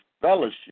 fellowship